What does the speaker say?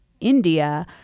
India